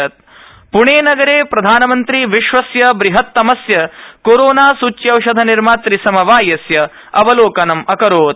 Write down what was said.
एणे नगरे प्रधानमन्त्री विश्वस्य ब्रहतमस्य कोरोना सूच्यौषध निर्मात समवायस्य अवलोकनं अकरोत्